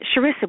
Sharissa